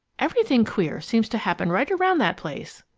everything queer seems to happen right around that place.